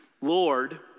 Lord